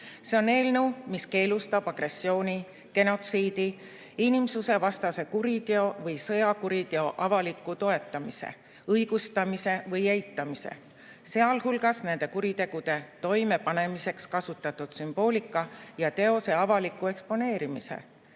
See on eelnõu, mis keelustab agressiooni, genotsiidi, inimsusvastase kuriteo või sõjakuriteo avaliku toetamise, õigustamise või eitamise, sealhulgas nende kuritegude toimepanemiseks kasutatud sümboolika ja teose avaliku eksponeerimise